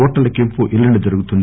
ఓట్ల లెక్కింపు ఎల్లుండి జరుగుతుంది